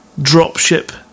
Dropship